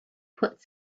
put